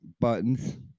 buttons